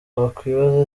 wakwibaza